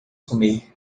comer